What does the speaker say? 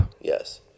Yes